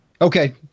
Okay